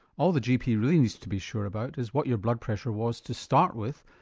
all the gp really needs to be sure about is what your blood pressure was to start with,